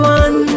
one